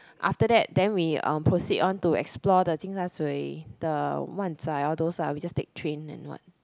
after that then we um proceed on to explore the Tsim Sha Sui the Wan Chai all those ah we just take train and what